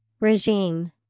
Regime